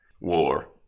war